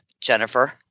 Jennifer